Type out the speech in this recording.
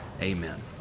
Amen